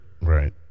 right